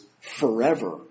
forever